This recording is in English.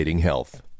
health